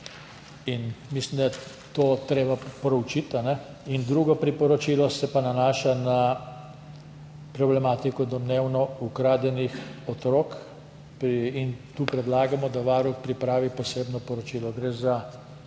Mislim, da je to treba proučiti. Drugo priporočilo se pa nanaša na problematiko domnevno ukradenih otrok. Tu predlagamo, da Varuh pripravi posebno poročilo. Gre za